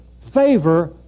favor